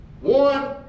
one